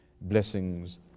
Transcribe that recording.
blessings